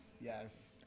Yes